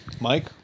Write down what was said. Mike